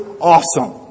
awesome